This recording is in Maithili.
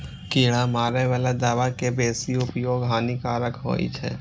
कीड़ा मारै बला दवा के बेसी उपयोग हानिकारक होइ छै